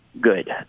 good